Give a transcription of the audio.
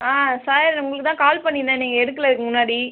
ஆ sir உங்களுக்கு தான் call பண்ணிருந்தேன் நீங்கள் எடுக்கலை இதுக்கு முன்னாடி